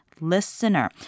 listener